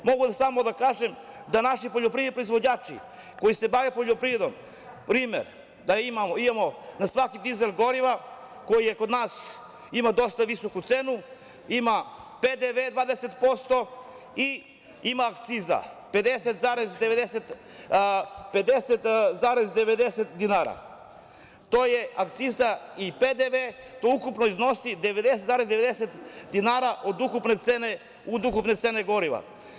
Mogu samo da kažem da naši poljoprivredni proizvođači koji se bave poljoprivredom, primer da imamo na svaki dizel goriva koji kod nas ima dosta visoku cenu ima PDV 20% i ima akciza 50,90 dinara, to je akciza i PDV, to ukupno iznosi 90,90 dinara od ukupne cene goriva.